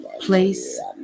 Place